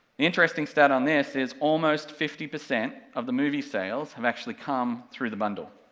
the interesting stat on this is almost fifty percent of the movie sales have actually come through the bundle,